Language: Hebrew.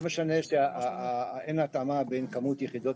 לא משנה שאין התאמה בין כמות יחידות